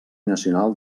nacional